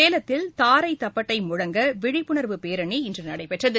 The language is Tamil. சேலத்தில் தாரர தப்பட்டை முழங்க விழிப்புணர்வு பேரணி இன்று நடைபெற்றது